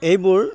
এইবোৰ